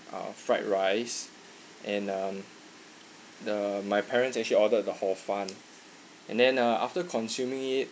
uh fried rice and um the my parents actually ordered the hor fun and then uh after consuming it